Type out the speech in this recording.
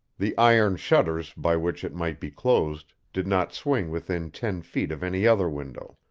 the iron shutters by which it might be closed did not swing within ten feet of any other window.